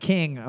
King